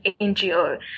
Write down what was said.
NGO